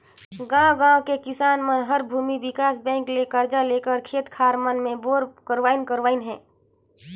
गांव गांव के किसान मन हर भूमि विकास बेंक ले करजा लेके खेत खार मन मे बोर करवाइन करवाइन हें